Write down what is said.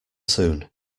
soon